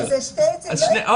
לא, זה שני --- אוקיי.